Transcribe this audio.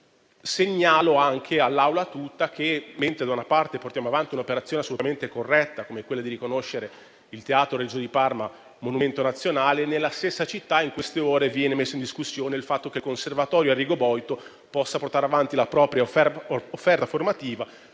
in Senato. Segnalo all'Assemblea che, mentre da una parte portiamo avanti un'operazione assolutamente corretta, come quella di riconoscere il Teatro Regio di Parma monumento nazionale, nella stessa città nelle ultime ore viene messo in discussione il fatto che il Conservatorio Arrigo Boito possa portare avanti la propria offerta formativa.